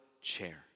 chair